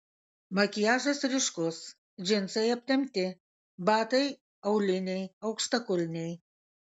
makiažas ryškus džinsai aptempti batai auliniai aukštakulniai